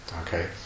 Okay